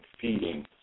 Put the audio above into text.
feeding